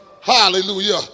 Hallelujah